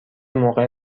موقع